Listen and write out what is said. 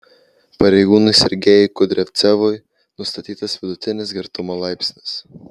pareigūnui sergejui kudriavcevui nustatytas vidutinis girtumo laipsnis